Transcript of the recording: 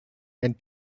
and